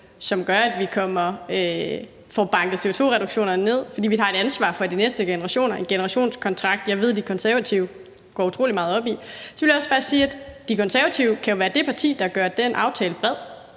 som gør, at vi får banket CO2-reduktionerne op , fordi vi har et ansvar for de næste generationer – en generationskontrakt – som jeg ved De Konservative går utrolig meget op i. Og så vil jeg også bare sige, at De Konservative jo kan være det parti, der gør den aftale bred,